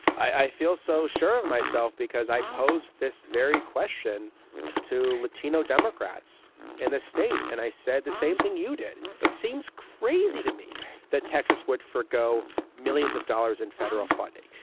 i feel so sure of myself because i pose this very question to latino democrats in the state and i said the same thing you did. it seems crazy to me that texas would forego millions of dollars in federal funding.